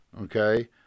Okay